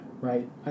right